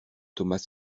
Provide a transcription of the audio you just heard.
thomas